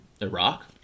Iraq